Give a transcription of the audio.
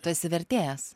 tu esi vertėjas